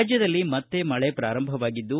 ರಾಜ್ಯದಲ್ಲಿ ಮತ್ತೆ ಮಳೆ ಪ್ರಾರಂಭವಾಗಿದ್ದು